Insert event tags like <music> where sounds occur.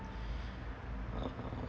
<breath> uh